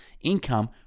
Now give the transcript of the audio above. income